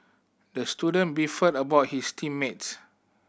the student beefed about his team mates